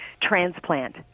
transplant